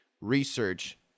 research